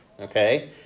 okay